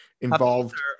Involved